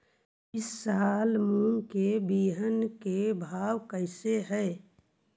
ई साल मूंग के बिहन के भाव कैसे हई?